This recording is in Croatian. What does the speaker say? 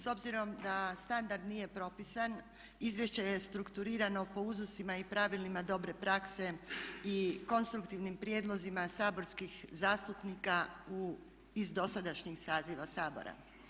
S obzirom da standard nije propisan izvješće je strukturirano po uzusima i pravilima dobre prakse i konstruktivnim prijedlozima saborskih zastupnika iz dosadašnjih saziva Sabora.